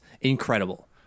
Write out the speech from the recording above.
Incredible